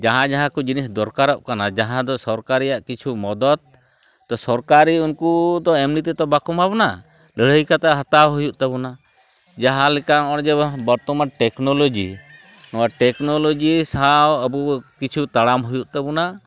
ᱡᱟᱦᱟᱸ ᱡᱟᱦᱟᱸ ᱠᱚ ᱡᱤᱱᱤᱥ ᱫᱚᱨᱠᱟᱨᱚᱜ ᱠᱟᱱᱟ ᱡᱟᱦᱟᱸ ᱫᱚ ᱥᱚᱨᱠᱟᱨᱤᱭᱟᱜ ᱠᱤᱪᱷᱩ ᱢᱚᱫᱚᱫᱽ ᱛᱚ ᱥᱚᱨᱠᱟᱨᱤ ᱩᱱᱠᱩ ᱫᱚ ᱮᱢᱱᱤ ᱛᱮᱫᱚ ᱵᱟᱠᱚ ᱮᱢᱟᱵᱚᱱᱟ ᱞᱟᱹᱲᱦᱟᱹᱭ ᱠᱟᱛᱮᱫ ᱦᱟᱛᱟᱣ ᱦᱩᱭᱩᱜ ᱛᱟᱵᱚᱱᱟ ᱡᱟᱦᱟᱸᱞᱮᱠᱟ ᱱᱚᱜ ᱚᱭ ᱡᱮ ᱵᱚᱨᱛᱚᱢᱟᱱ ᱴᱮᱠᱱᱳᱞᱳᱡᱤ ᱱᱚᱶᱟ ᱴᱮᱠᱱᱳᱞᱳᱡᱤ ᱥᱟᱶ ᱟᱵᱚ ᱠᱤᱪᱷᱩ ᱛᱟᱲᱟᱢ ᱦᱩᱭᱩᱜ ᱛᱟᱵᱚᱱᱟ